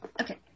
Okay